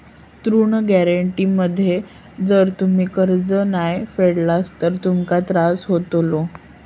ऋण गॅरेंटी मध्ये जर तुम्ही कर्ज नाय फेडलास तर तुमका त्रास होतलो